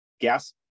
gas